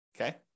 Okay